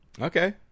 Okay